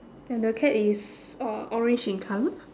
and the cat is uh orange in colour